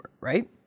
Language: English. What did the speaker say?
right